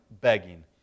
begging